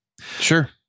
sure